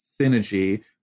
synergy